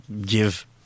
give